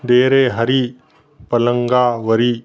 दे रे हरी पलंगा वरी